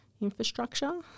infrastructure